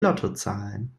lottozahlen